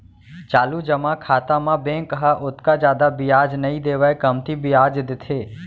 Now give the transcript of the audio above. चालू जमा खाता म बेंक ह ओतका जादा बियाज नइ देवय कमती बियाज देथे